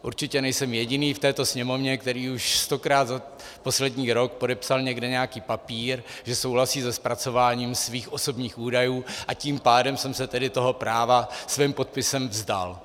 Určitě nejsem jediný v této sněmovně, který už stokrát za poslední rok podepsal někde nějaký papír, že souhlasí se zpracováním svých osobních údajů, a tím pádem jsem se toho práva svým podpisem vzdal.